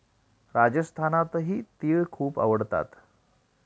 राजस्थानातही तिळ खूप आढळतात